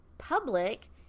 public